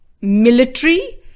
military